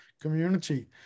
community